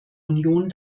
union